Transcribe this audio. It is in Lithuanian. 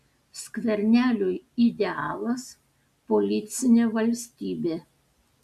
skverneliui idealas policinė valstybė